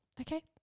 okay